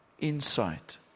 insight